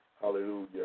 Hallelujah